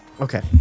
Okay